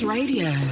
Radio